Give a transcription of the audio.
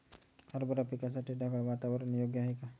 हरभरा पिकासाठी ढगाळ वातावरण योग्य आहे का?